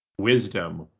wisdom